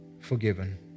forgiven